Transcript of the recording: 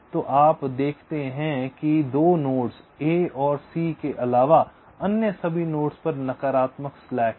तो आप देखते हैं कि 2 नोड्स a और c के अलावा अन्य सभी नोड्स पर नकारात्मक स्लैक् हैं